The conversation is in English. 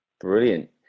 brilliant